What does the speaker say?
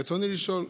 רצוני לשאול: